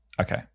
Okay